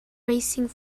racing